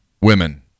women